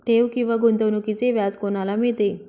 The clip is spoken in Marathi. ठेव किंवा गुंतवणूकीचे व्याज कोणाला मिळते?